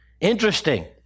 Interesting